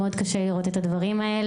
מאוד קשה לי לראות את הדברים האלה.